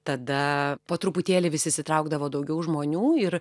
tada po truputėlį vis įsitraukdavo daugiau žmonių ir